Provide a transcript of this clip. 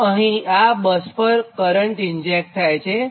તોઅહીં આ બસ પર current inject થાય છે